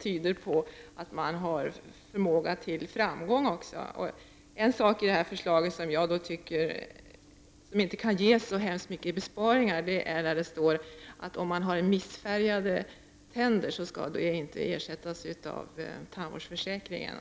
tyder på att man har förmåga till framgång. Det finns i detta förslag en sak som jag inte tror kan ge så stora besparingar. Det står att missfärgade tänder inte skall ersättas av tandvårdsförsäkringen.